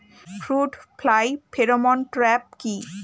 Fruit fly pheromone trap কি?